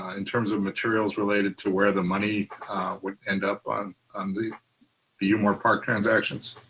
ah in terms of materials related to where the money would end up on um the the umore park transactions.